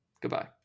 Goodbye